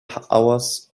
hours